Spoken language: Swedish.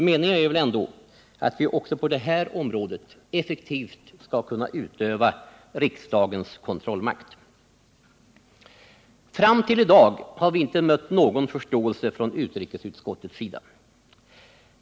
—- Meningen är väl ändå att vi också på det här området effektivt skall kunna utöva riksdagens kontrollmakt. Fram till i dag har vi inte mött någon förståelse från utrikesutskottets sida.